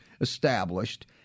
established